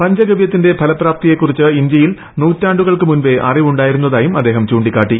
പഞ്ചഗവൃത്തിന്റെ ഫലപ്രാപ്തിയെക്കുറിച്ച് ഇന്ത്യയിൽ നൂറ്റാണ്ടുകൾക്ക് മുമ്പേ അറിവുണ്ടായിരുന്നതായും അദ്ദേഹം ചൂണ്ടിക്കാട്ടി